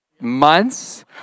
months